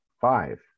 five